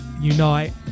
unite